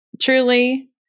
truly